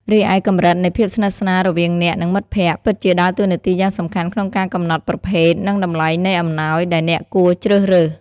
រីឯកម្រិតនៃភាពស្និទ្ធស្នាលរវាងអ្នក និងមិត្តភ័ក្តិ ពិតជាដើរតួនាទីយ៉ាងសំខាន់ក្នុងការកំណត់ ប្រភេទ និងតម្លៃនៃអំណោយ ដែលអ្នកគួរជ្រើសរើស។